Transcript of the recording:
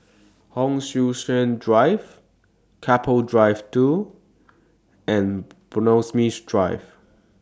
Hon Sui Sen Drive Keppel Drive two and Bloxhome Drive